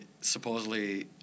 supposedly